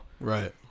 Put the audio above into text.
Right